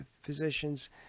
physicians